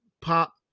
Pop